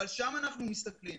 אבל שם אנחנו מסתכלים.